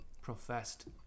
professed